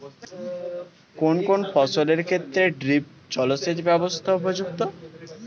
কোন কোন ফসলের ক্ষেত্রে ড্রিপ জলসেচ ব্যবস্থা উপযুক্ত?